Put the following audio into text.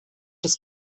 des